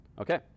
Okay